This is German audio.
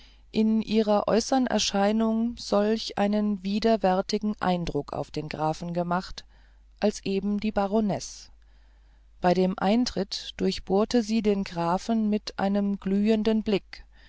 in ihrer äußern erscheinung solch einen widerwärtigen eindruck auf den grafen gemacht als eben die baronesse bei dem eintritt durchbohrte sie den grafen mit einem glühenden blick